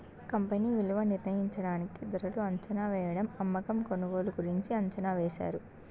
company విలువ నిర్ణయించడానికి ధరలు అంచనావేయడం అమ్మకం కొనుగోలు గురించి అంచనా వేశారు